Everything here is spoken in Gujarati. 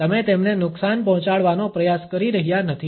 તમે તેમને નુકસાન પહોંચાડવાનો પ્રયાસ કરી રહ્યા નથી